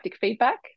feedback